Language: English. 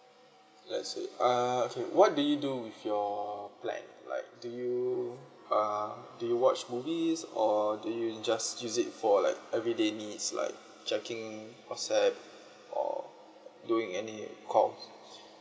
let's say uh okay what do you do with your plan like do you uh do you watch movies or do you just use it for like everyday needs like checking whatsapp or doing any calls